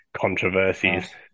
controversies